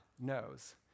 knows